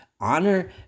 honor